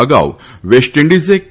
અગાઉ વેસ્ટ ઇન્જિઝે કે